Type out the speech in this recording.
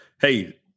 hey